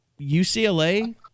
UCLA